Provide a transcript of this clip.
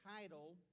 title